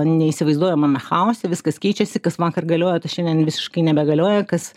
neįsivaizduojamame chaose viskas keičiasi kas vakar galiojo tai šiandien visiškai nebegalioja kas